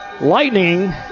lightning